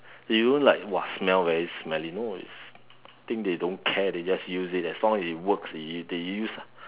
it don't like !wah! smell very smelly no it's think they don't care they just use it as long as it works they they use lah